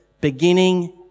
beginning